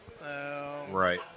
Right